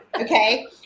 Okay